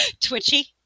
Twitchy